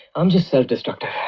um just self destructive.